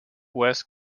west